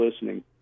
listening